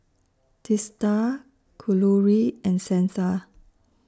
Teesta Kalluri and Santha